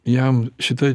jam šita